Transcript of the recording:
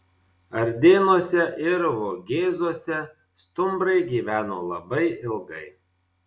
ardėnuose ir vogėzuose stumbrai gyveno labai ilgai